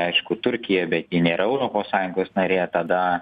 aišku turkija bet ji nėra europos sąjungos narė tada